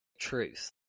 truth